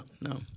no